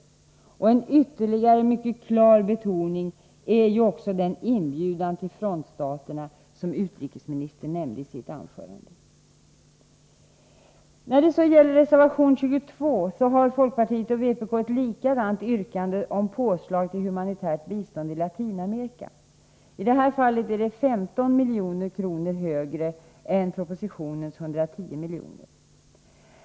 En ytterligare mycket klar betoning är den inbjudan till frontstaterna som utrikesministern nämnde i sitt anförande. I reservation 22 framför folkpartiet och vpk ett likadant yrkande om påslag på anslaget för humanitärt bistånd till Latinamerika. I det här fallet är anslaget 15 miljoner högre än propositionens 110 miljoner.